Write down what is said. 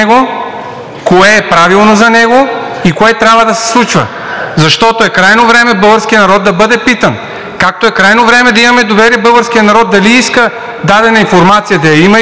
кое е правилно за него и кое трябва да се случва? Защото е крайно време българският народ да бъде питан. Както е крайно време да имаме доверие българският народ дали иска дадена информация да я има или няма.